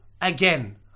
again